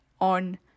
on